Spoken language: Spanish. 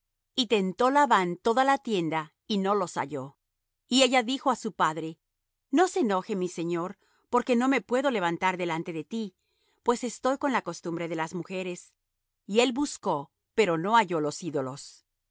y tentó labán toda la tienda y no los halló y ella dijo á su padre no se enoje mi señor porque no me puedo levantar delante de ti pues estoy con la costumbre de las mujeres y él buscó pero no halló los ídolos